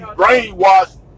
brainwashed